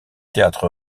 théâtre